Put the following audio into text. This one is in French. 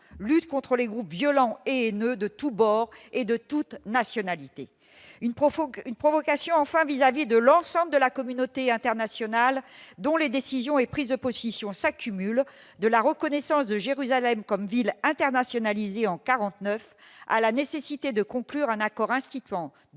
lutte contre les groupes violents et ne de tous bords et de toutes nationalités, une profonde, une provocation enfin vis-à-vis de l'ensemble de la communauté internationale, dont les décisions et prises de position s'accumulent de la reconnaissance de Jérusalem comme ville internationalisé en 49 à la nécessité de conclure un accord instituant